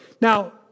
Now